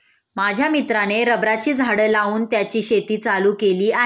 माझ्या मित्राने रबराची झाडं लावून त्याची शेती चालू केली आहे